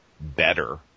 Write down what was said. better